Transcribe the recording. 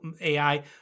AI